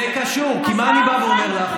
זה קשור, זה קשור, כי מה אני בא ואומר לך?